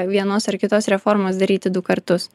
vienos ar kitos reformos daryti du kartus